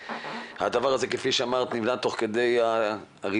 הדבר הזה כפי שאמרת נבנה תוך כדי ריצה,